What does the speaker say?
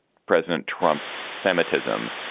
president trump's semitism